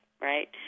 right